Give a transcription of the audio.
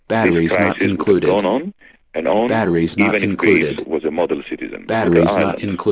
this crisis would have gone on and on even if greece was a model citizen. look at ireland.